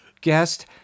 guest